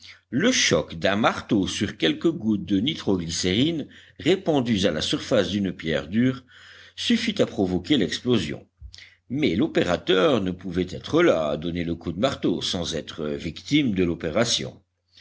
le choc d'un marteau sur quelques gouttes de nitroglycérine répandues à la surface d'une pierre dure suffit à provoquer l'explosion mais l'opérateur ne pouvait être là à donner le coup de marteau sans être victime de l'opération